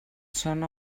són